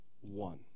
one